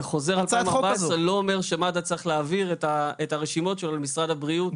וחוזר 2014 לא אומר שמד"א צריך להעביר את הרשימות שלו למשרד הבריאות.